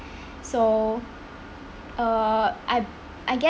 so uh I I gue~